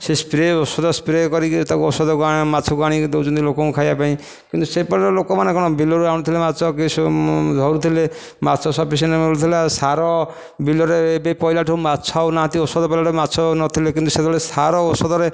ସେ ସ୍ପ୍ରେ ଔଷଧ ସ୍ପ୍ରେ କରିକି ତାକୁ ଔଷଧକୁ ମାଛକୁ ଆଣି ଦେଉଛନ୍ତି ଲୋକଙ୍କୁ ଖାଇବା ପାଇଁ କିନ୍ତୁ ସେବେଳର ଲୋକ କଣ ବିଲରୁ ଆଣୁଥିଲେ ମାଛ କି ଧରୁଥିଲେ ମାଛ ସଫିସିଏଣ୍ଟ ମିଳୁଥିଲା ସାର ବିଲରେ ଏବେ ପଡ଼ିଲା ଠୁ ମାଛ ଆଉ ନାହାନ୍ତି ଔଷଧ ପଡ଼ିବାରୁ ମାଛ ଆଉ ନଥିଲେ କିନ୍ତୁ ସେତେବେଳେ ସାର ଔଷଧରେ